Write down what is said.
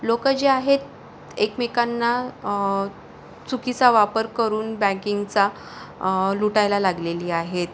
लोकं जे आहेत एकमेकांना चुकीचा वापर करून बँकिंगचा लुटायला लागलेली आहेत